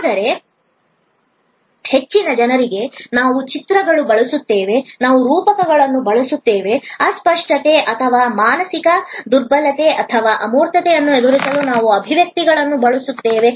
ಆದರೆ ಹೆಚ್ಚಿನ ಜನರಿಗೆ ನಾವು ಚಿತ್ರಗಳನ್ನು ಬಳಸುತ್ತೇವೆ ನಾವು ರೂಪಕಗಳನ್ನು ಬಳಸುತ್ತೇವೆ ಅಸ್ಪಷ್ಟತೆ ಅಥವಾ ಮಾನಸಿಕ ದುರ್ಬಲತೆ ಅಥವಾ ಅಮೂರ್ತತೆಯನ್ನು ಎದುರಿಸಲು ನಾವು ಅಭಿವ್ಯಕ್ತಿಗಳನ್ನು ಬಳಸುತ್ತೇವೆ